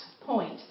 point